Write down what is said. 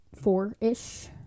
four-ish